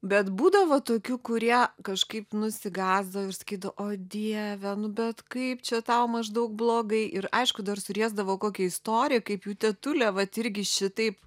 bet būdavo tokių kurie kažkaip nusigąsdavo ir sakydavo o dieve nu bet kaip čia tau maždaug blogai ir aišku dar suriesdavo kokią istoriją kaip jų tetulė vat irgi šitaip